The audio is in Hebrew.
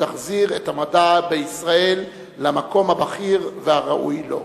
שתחזיר את המדע בישראל למקום הבכיר והראוי לו.